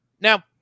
Now